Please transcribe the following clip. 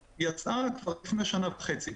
יצאה כבר לפני שנה וחצי.